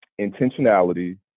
intentionality